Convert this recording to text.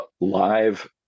live